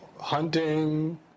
hunting